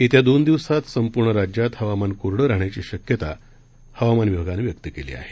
येत्या दोन दिवसात संपूर्ण राज्यात हवामान कोरडं राहण्याची शक्यता हवामान विभागानं व्यक्त केली आहे